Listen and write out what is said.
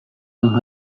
yang